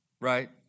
right